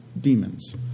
demons